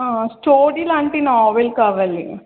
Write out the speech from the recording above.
story లాంటి నవల కావాలి